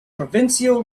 provincial